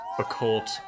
occult